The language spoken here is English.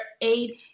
aid